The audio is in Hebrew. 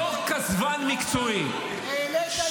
בתור כזבן מקצועי --- העלית את רמת הפשיעה.